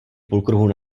půlkruhu